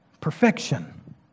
Perfection